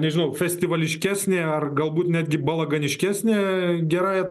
nežinau festivalškesnė ar galbūt netgi balaganiškesnė gerąja